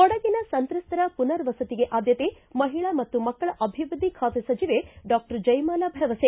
ಕೊಡಗಿನ ಸಂತ್ರಸ್ತರ ಪುನರ್ವಸತಿಗೆ ಆದ್ಯತೆ ಮಹಿಳಾ ಮತ್ತು ಮಕ್ಕಳ ಅಭಿವೃದ್ದಿ ಖಾತೆ ಸಚಿವೆ ಡಾಕ್ಟರ್ ಜಯಮಾಲ ಭರವಸೆ